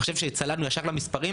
אני חושב שצללנו ישר למספרים,